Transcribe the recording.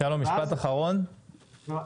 משפט אחרון בבקשה.